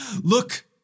Look